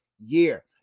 year